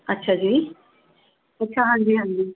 ਅੱਛਾ ਜੀ ਅੱਛਾ ਹਾਂਜੀ ਹਾਂਜੀ